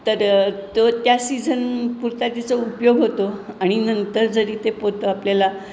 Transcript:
तर तो त्या सीझन पुरता तिचा उपयोग होतो आणि नंतर जरी ते पोतं आपल्याला